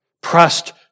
pressed